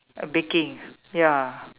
a baking ya